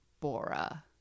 Bora